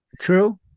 True